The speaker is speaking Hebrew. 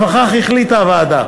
לפיכך החליטה הוועדה